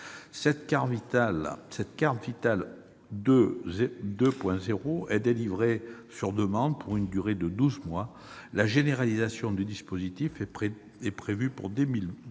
Cette carte Vitale 2.0 est délivrée sur demande pour une durée de douze mois. La généralisation du dispositif, après son